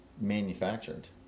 manufactured